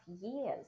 years